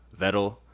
Vettel